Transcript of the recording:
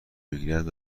بگیرد